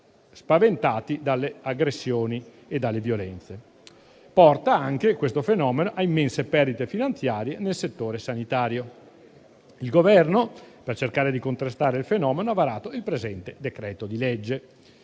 spaventati dalle aggressioni e dalle violenze. Questo fenomeno porta anche a immense perdite finanziarie nel settore sanitario. Il Governo, per cercare di contrastare il fenomeno, ha varato il presente decreto- legge.